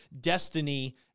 destiny